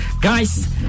Guys